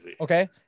okay